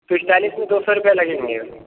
फिर स्टाइलिश में दो सौ रुपये लगेंगे